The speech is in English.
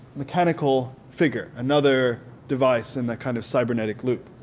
mechanical figure, another device in the kind of cybernetic loop.